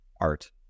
art